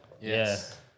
Yes